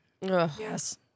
Yes